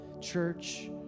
church